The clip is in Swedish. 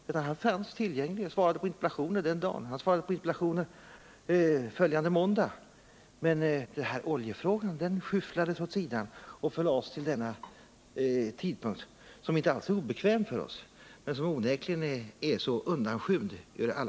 Den dagen var han tillgänglig och svarade på interpellationer, och det gjorde han också följande måndag. Men oljefrågan skyfflades trots det åt sidan och förlades till den här tidpunkten, som inte alls är obekväm för oss men som från alla publicitetssynpunkter är så undanskymd som tänkas kan.